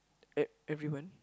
e~ everyone